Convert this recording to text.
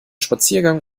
spaziergang